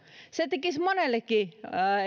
tekisi monellekin